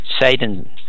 Satan